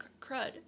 crud